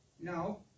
No